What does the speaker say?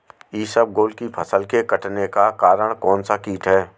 इसबगोल की फसल के कटने का कारण कौनसा कीट है?